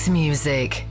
music